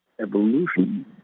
evolution